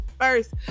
first